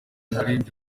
baririmbyi